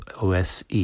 OSE